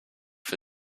für